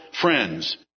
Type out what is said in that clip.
friends